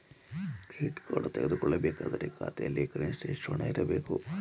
Credit card ತೆಗೆದುಕೊಳ್ಳಬೇಕಾದರೆ ಖಾತೆಯಲ್ಲಿ ಕನಿಷ್ಠ ಎಷ್ಟು ಹಣ ಇರಬೇಕು?